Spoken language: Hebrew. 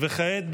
וכעת,